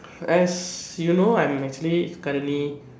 as you know I am actually currently